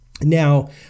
Now